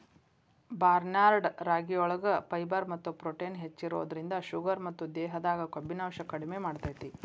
barnyard ರಾಗಿಯೊಳಗ fibre ಮತ್ತ protein ಹೆಚ್ಚಿರೋದ್ರಿಂದ ಶುಗರ್ ಮತ್ತ ದೇಹದಾಗ ಕೊಬ್ಬಿನಾಂಶ ಕಡಿಮೆ ಮಾಡ್ತೆತಿ